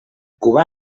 cubà